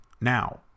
now